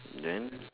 then